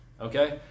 okay